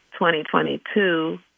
2022